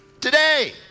today